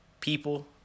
people